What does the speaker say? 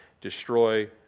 destroy